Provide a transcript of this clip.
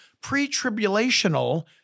pre-tribulational